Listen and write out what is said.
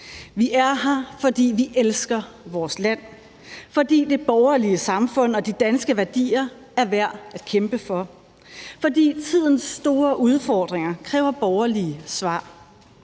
Vi er her, fordi vi elsker vores land, fordi det borgerlige samfund og de danske værdier er værd at kæmpe for, og fordi tidens store udfordringer kræver borgerlige svar.